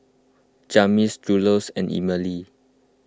Jasmyn Julious and Emily